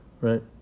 Right